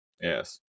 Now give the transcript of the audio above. Yes